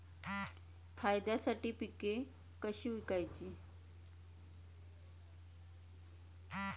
फायद्यासाठी पिके कशी विकायची?